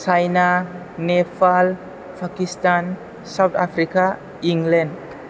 China Nepal Pakistan South Africa England